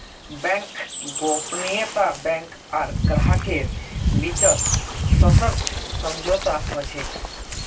bank गोपनीयता bank आर ग्राहकेर बीचत सशर्त समझौता ह छेक